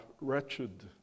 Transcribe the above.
wretched